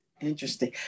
Interesting